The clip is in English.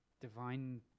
divine